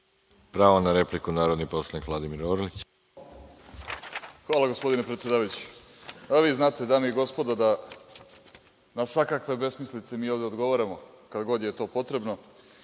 Pravo na repliku, narodni poslanik Vladimir Orlić. **Vladimir Orlić** Hvala, gospodine predsedavajući. Vi znate, dame i gospodo, da na svakakve besmislice mi ovde odgovaramo kad god je to potrebno,